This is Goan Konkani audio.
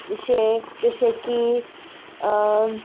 जशें जशें की